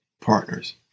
partners